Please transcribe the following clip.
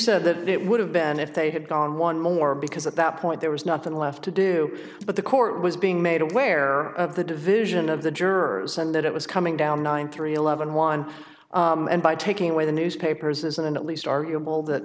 said that it would have been if they had gone one more because at that point there was nothing left to do but the court was being made aware of the division of the jurors and that it was coming down nine three eleven one and by taking away the newspapers and at least arguable that